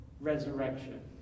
resurrection